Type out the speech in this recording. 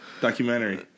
Documentary